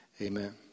amen